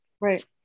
right